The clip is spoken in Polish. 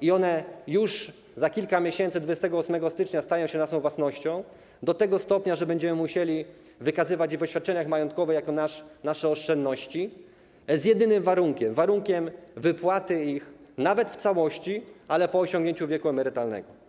i one już za kilka miesięcy, 28 stycznia, stają się naszą własnością do tego stopnia, że będziemy musieli wykazywać je w oświadczeniach majątkowych jako nasze oszczędności, z jedynym warunkiem, warunkiem wypłaty ich, nawet w całości, ale po osiągnięciu wieku emerytalnego.